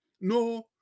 No